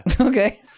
Okay